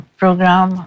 program